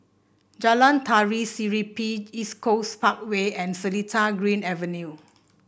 Jalan Tari Serimpi East Coast Parkway and Seletar Green Avenue